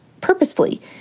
purposefully